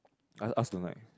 I also don't like